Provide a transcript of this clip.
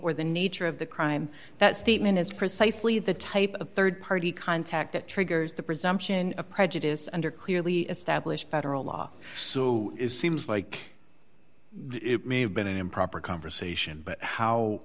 or the nature of the crime that statement is precisely the type of rd party contact that triggers the presumption of prejudice under clearly established federal law so it seems like it may have been an improper conversation but how